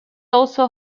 also